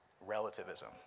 relativism